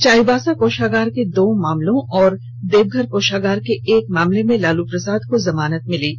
चाईबासा कोषागार के दो मामलों और देवघर कोषागार के एक मामले में लालू को जमानत मिल गई है